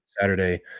Saturday